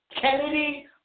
Kennedy